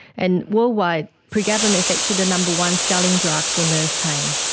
and worldwide, pregabalin is actually the number one selling drug for nerve pain.